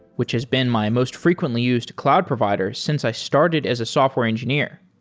which has been my most frequently used cloud provider since i started as a software engineer.